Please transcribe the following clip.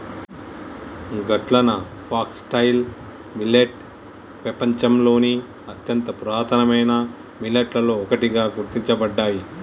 గట్లన foxtail millet పెపంచంలోని అత్యంత పురాతనమైన మిల్లెట్లలో ఒకటిగా గుర్తించబడ్డాయి